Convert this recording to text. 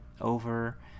over